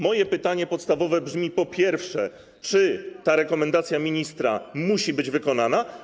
Moje podstawowe pytanie brzmi: Po pierwsze, czy ta rekomendacja ministra musi być wykonana?